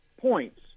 points